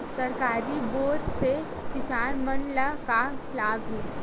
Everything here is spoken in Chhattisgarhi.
सरकारी बोर से किसान मन ला का लाभ हे?